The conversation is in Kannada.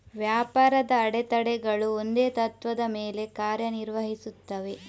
ವ್ಯಾಪಾರದ ಅಡೆತಡೆಗಳು ಒಂದೇ ತತ್ತ್ವದ ಮೇಲೆ ಕಾರ್ಯ ನಿರ್ವಹಿಸುತ್ತವೆ